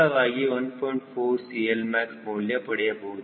4 CLmax ಮೌಲ್ಯ ಪಡೆಯಬಹುದು